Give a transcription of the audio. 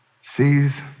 sees